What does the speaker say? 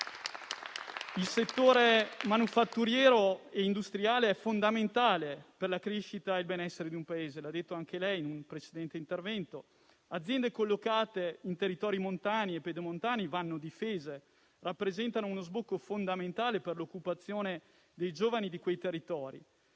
Il settore manifatturiero e industriale è fondamentale per la crescita e il benessere di un Paese, come ha detto anche lei in un precedente intervento. Aziende collocate in territori montani e pedemontani vanno difese, rappresentando uno sbocco fondamentale per l'occupazione dei giovani di quei territori.